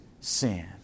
sin